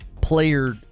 player